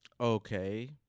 Okay